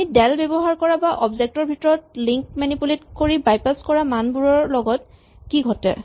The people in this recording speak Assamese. আমি ডেল ব্যৱহাৰ কৰা বা অবজেক্ট ৰ ভিতৰত লিন্ক মেনিপুলেট কৰি বাইপাচ কৰা মানবোৰৰ লগত কি ঘটে